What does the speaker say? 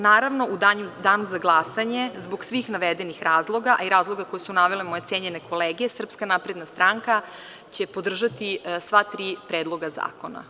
Naravno, u danu za glasanje, zbog svih navedenih razloga, a i razloga koje su navele moje cenjene kolege, SNS će podržati sva tri predloga zakona.